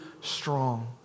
strong